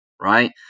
right